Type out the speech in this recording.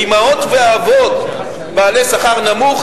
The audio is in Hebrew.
לאמהות ואבות בעלי שכר נמוך,